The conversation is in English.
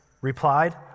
replied